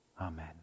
Amen